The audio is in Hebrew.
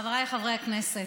חבריי חברי הכנסת,